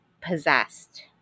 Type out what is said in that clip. Possessed